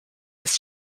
was